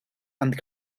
and